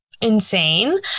insane